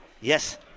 Yes